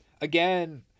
again